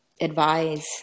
advise